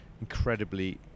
incredibly